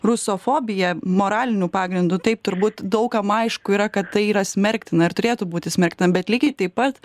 rusofobija moraliniu pagrindu taip turbūt daug kam aišku yra kad tai yra smerktina ir turėtų būti smerktina bet lygiai taip pat